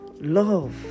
Love